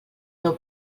meu